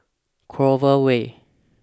Clover Way